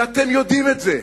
ואתם יודעים את זה.